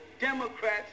Democrats